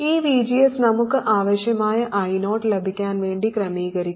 ഈ VGS നമുക്ക് ആവശ്യമായ I0 ലഭിക്കാൻ വേണ്ടി ക്രമീകരിക്കും